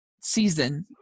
season